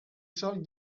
charles